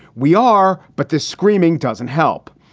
we are. but this screaming doesn't help.